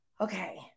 okay